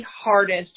hardest